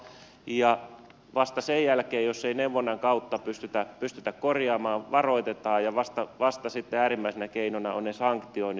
pitää neuvoa ja vasta sen jälkeen jos ei neuvonnan kautta pystytä korjaamaan varoitetaan ja vasta äärimmäisenä keinona ovat sanktioinnit